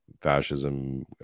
fascism